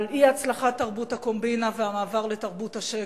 על אי-הצלחת תרבות הקומבינה והמעבר לתרבות השקר,